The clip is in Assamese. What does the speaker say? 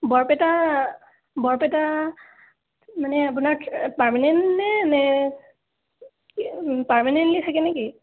বৰপেটা বৰপেটা মানে আপোনাক পাৰ্মানেণ্টনে নে পাৰ্মানেণ্টলি থাকে নে কি